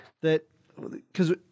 that—because